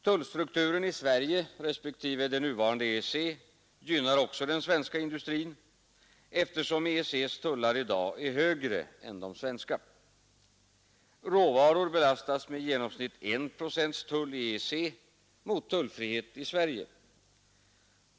Tullstrukturen i Sverige respektive det nuvarande EEC gynnar också den svenska industrin, eftersom EEC:s tullar i dag är högre än de svenska. Råvaror belastas med i genomsnitt 1 procents tull i EEC mot tullfrihet i Sverige.